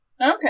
Okay